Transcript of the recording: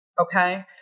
Okay